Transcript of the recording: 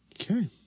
Okay